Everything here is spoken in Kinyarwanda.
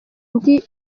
ndi